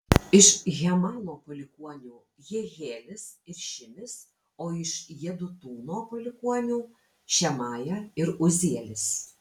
iš hemano palikuonių jehielis ir šimis o iš jedutūno palikuonių šemaja ir uzielis